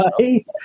Right